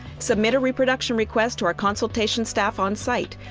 submit a reproduction request to our consultation staff onsite,